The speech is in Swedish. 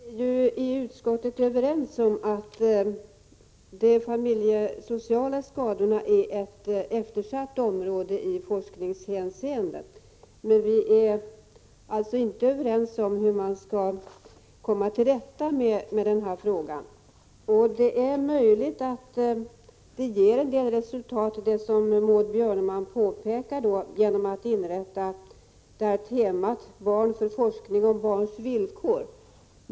Herr talman! Vi är i utskottet överens om att de familjesociala skadorna är ett eftersatt forskningsområde, men vi är inte överens om hur man skall komma till rätta med denna fråga. Det är möjligt att det ger resultat, som Maud Björnemalm påpekar, att inrätta tema Barn, för forskning om barns villkor.